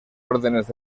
órdenes